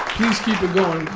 keep it going.